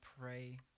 pray